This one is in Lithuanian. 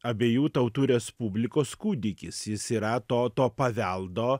abiejų tautų respublikos kūdikis jis yra to to paveldo